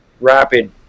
rapid